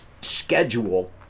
schedule